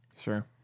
Sure